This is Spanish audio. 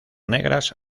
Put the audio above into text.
negras